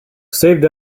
saved